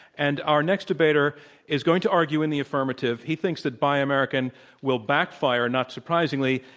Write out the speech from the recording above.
and our next debater is going to argue in the affirmative. he thinks that buy american will backfire, not surprisingly,